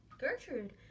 Gertrude